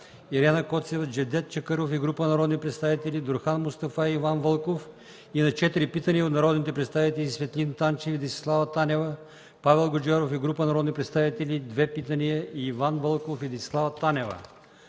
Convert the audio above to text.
Ирена Коцева, Джевдет Чакъров и група народни представители, Дурхан Мустафа, и Иван Вълков и на четири питания от народните представители Светлин Танчев и Десислава Танева, Павел Гуджеров и група народни представители – две питания, и Иван Вълков и Десислава Танева.